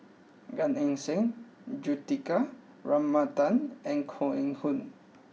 Gan Eng Seng Juthika Ramanathan and Koh Eng Hoon